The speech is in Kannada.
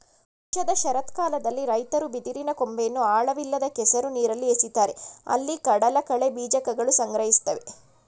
ವರ್ಷದ ಶರತ್ಕಾಲದಲ್ಲಿ ರೈತರು ಬಿದಿರಿನ ಕೊಂಬೆಯನ್ನು ಆಳವಿಲ್ಲದ ಕೆಸರು ನೀರಲ್ಲಿ ಎಸಿತಾರೆ ಅಲ್ಲಿ ಕಡಲಕಳೆ ಬೀಜಕಗಳು ಸಂಗ್ರಹಿಸ್ತವೆ